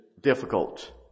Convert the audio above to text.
difficult